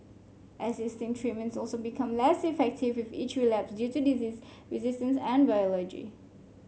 existing treatments also become less effective with each relapse due to disease resistance and biology